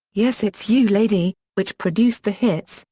yes it's you lady, which produced the hits,